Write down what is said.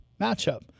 matchup